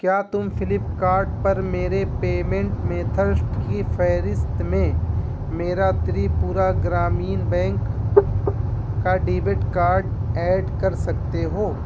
کیا تم Flipkart پر میرے پیمینٹ میتھڈز کی فہرست میں میرا تریپورہ گرامین بینک کا ڈیبٹ کارڈ ایڈ کر سکتے ہو